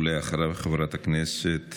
אחריו, חברת הכנסת